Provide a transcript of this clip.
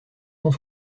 cent